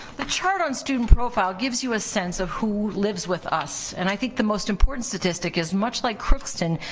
the chart on student profile gives you a sense of who lives with us and i think the most important statistic is much like crookston,